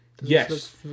Yes